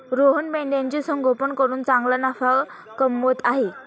रोहन मेंढ्यांचे संगोपन करून चांगला नफा कमवत आहे